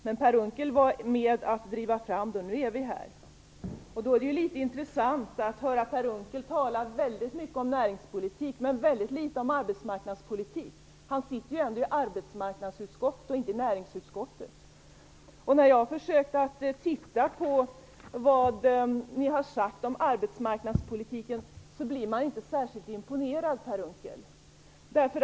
Men Per Unckel var med om att driva fram denna debatt, och nu är vi här. Då är det intressant att höra att Per Unckel talar mycket om näringspolitik men väldigt litet om arbetsmarknadspolitik. Han sitter ändå i arbetsmarknadsutskottet och inte i näringsutskottet. När jag har försökt gå igenom vad ni har sagt om arbetsmarknadspolitiken har jag inte blivit särskilt imponerad, Per Unckel.